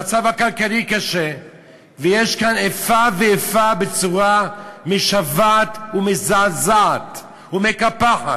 המצב הכלכלי קשה ויש כאן איפה ואיפה בצורה משוועת ומזעזעת ומקפחת.